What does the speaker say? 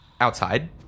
Outside